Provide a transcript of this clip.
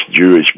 Jewish